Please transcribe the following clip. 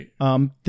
Right